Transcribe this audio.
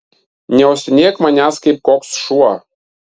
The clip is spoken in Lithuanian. neuostinėk manęs kaip koks šuo